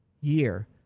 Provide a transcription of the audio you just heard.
year